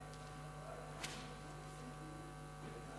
כ"ט בחשוון